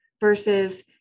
versus